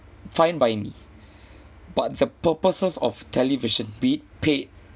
fine by me but the purposes of television be it paid